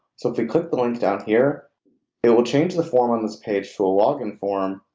so if we click the link down here it will change the form on this page to a login form,